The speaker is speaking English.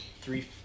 three